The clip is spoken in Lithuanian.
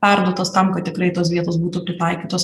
perduotas tam kad tikrai tos vietos būtų pritaikytos